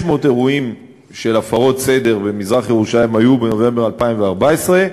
600 אירועים של הפרות סדר במזרח-ירושלים היו בנובמבר 2014,